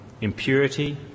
impurity